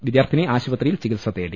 വിദ്യാർത്ഥിനി ആശുപത്രിയിൽ ചികിത്സ തേടി